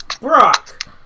Brock